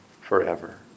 forever